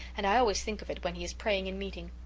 and i always think of it when he is praying in meeting.